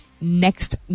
next